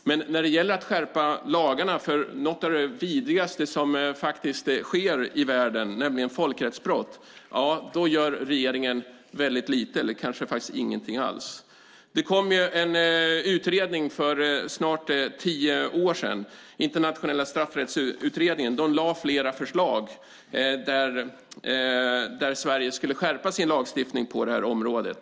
Men när det gäller att skärpa lagarna för något av det vidrigaste som sker i världen, nämligen folkrättsbrott, då gör regeringen väldigt lite, kanske faktiskt ingenting alls. Det kom en utredning för snart tio år sedan, Internationella straffrättsutredningen, som lade fram flera förslag. Sverige skulle skärpa sin lagstiftning på det här området.